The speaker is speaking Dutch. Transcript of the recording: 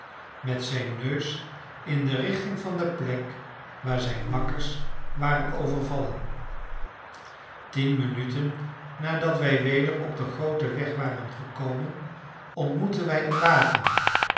met zijn neus in de richting van de plek waar zijne makkers waren overvallen tien minuten nadat wij weder op den grooten weg waren gekomen ontmoetten wij een wagen